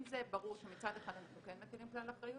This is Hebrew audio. אם זה ברור שמצד אחד אנחנו כן מטילים כלל אחריות